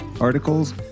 articles